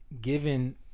given